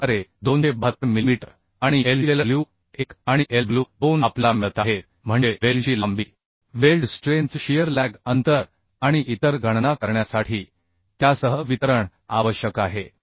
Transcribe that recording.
अशाप्रकारे 272 मिलीमीटर आणि LDLW 1 आणि LW 2 आपल्याला मिळत आहेत म्हणजे वेल्डची लांबी वेल्ड स्ट्रेंथ शियर लॅग अंतर आणि इतर गणना करण्यासाठी त्यासह वितरण आवश्यक आहे